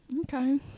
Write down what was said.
Okay